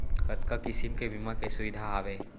कतका किसिम के बीमा के सुविधा हावे?